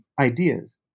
ideas